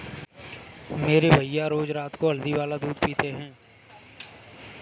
मेरे भैया रोज रात को हल्दी वाला दूध पीते हैं